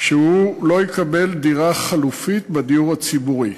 שהוא לא יקבל דירה חלופית בדיור הציבורי.